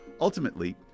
Ultimately